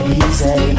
easy